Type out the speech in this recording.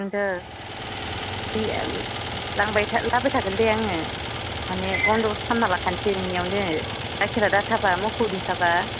बेनोथ' दे लाबाय थागोन दे आङो माने बनद'बस खालामना लाखानोसै नोंनियावनो गाइखेरा दाखाबा मोसौनिखाबा